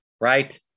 right